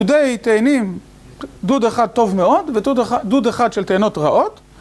דודאי תאנים, דוד אחד טוב מאוד, ודוד אחד של תאנות רעות